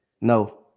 No